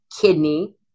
kidney